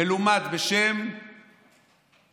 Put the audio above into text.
מלומד בשם חשין,